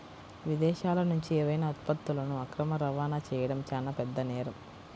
విదేశాలనుంచి ఏవైనా ఉత్పత్తులను అక్రమ రవాణా చెయ్యడం చానా పెద్ద నేరం